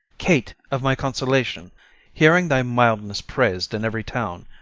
kate of my consolation hearing thy mildness prais'd in every town,